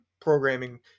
programming